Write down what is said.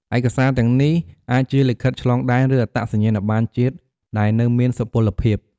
ឯកសារទាំងនេះអាចជា លិខិតឆ្លងដែន ឬ អត្តសញ្ញាណប័ណ្ណជាតិ ដែលនៅមានសុពលភាព។